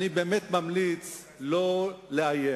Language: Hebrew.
אני באמת ממליץ לא לאיים,